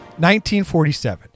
1947